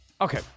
Okay